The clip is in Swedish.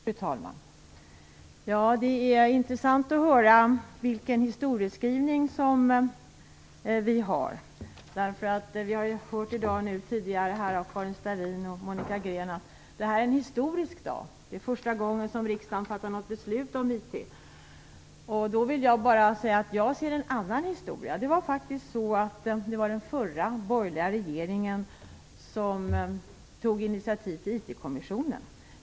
Fru talman! Det är intressant att höra historieskrivningen här. Vi har tidigare i dag hört av Karin Starrin och Monica Green att det här är en historisk dag - det är första gången som riksdagen fattar ett beslut om IT. Då vill jag bara säga att jag ser en annan historia. Det var faktiskt den förra, borgerliga regeringen som tog initiativ till IT-kommissionen.